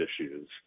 issues